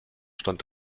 stand